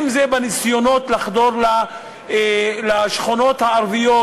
אם בניסיונות לחדור לשכונות הערביות,